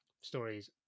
stories